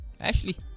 Ashley